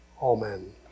Amen